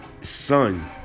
son